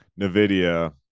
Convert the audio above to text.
Nvidia